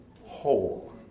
whole